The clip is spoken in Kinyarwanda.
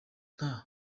nta